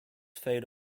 fade